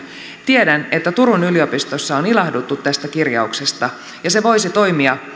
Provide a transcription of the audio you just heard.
tiedän että turun yliopistossa on ilahduttu tästä kirjauksesta ja se voisi toimia